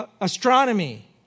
astronomy